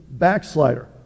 backslider